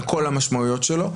על כל המשמעויות שלו.